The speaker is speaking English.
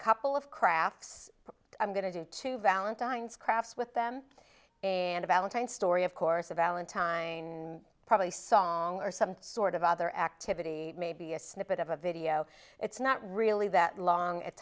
couple of crafts i'm going to do to valentine's crafts with them and valentine's story of course a valentine probably song or some sort of other activity maybe a snippet of a video it's not really that long a